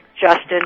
Justin